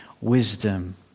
wisdom